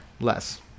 Less